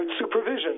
supervision